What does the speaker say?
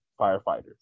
firefighters